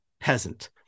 peasant